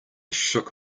shook